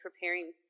preparing